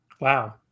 Wow